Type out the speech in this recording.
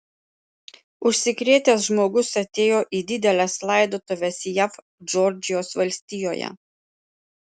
užsikrėtęs žmogus atėjo į dideles laidotuves jav džordžijos valstijoje